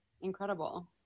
Incredible